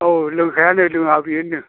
औ लोंखाया नो लोङा बियो होनदों